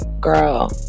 girl